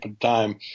time